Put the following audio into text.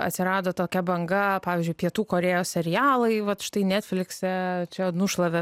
atsirado tokia banga pavyzdžiui pietų korėjos serialai vat štai netflikse čia nušlavė